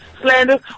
slander